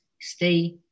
Stay